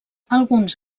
alguns